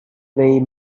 play